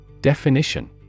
Definition